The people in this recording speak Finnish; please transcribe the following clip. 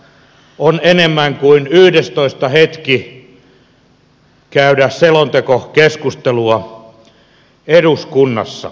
on enemmän kuin yhdestoista hetki käydä selontekokeskustelua eduskunnassa